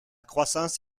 croissance